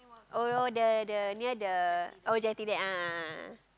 oh oh the the near the oh jetty there a'ah a'ah